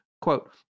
Quote